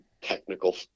technical